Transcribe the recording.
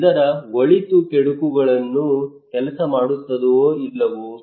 ಇದರ ಒಳಿತು ಕೆಡುಕುಗಳೇನು ಕೆಲಸ ಮಾಡುತ್ತದೋ ಇಲ್ಲವೋ